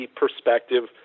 perspective